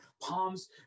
palms